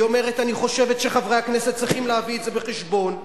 היא אומרת: אני חושבת שחברי הכנסת צריכים להביא את זה בחשבון,